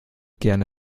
gerne